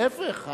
להיפך,